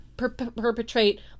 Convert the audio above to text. perpetrate